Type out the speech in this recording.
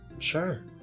Sure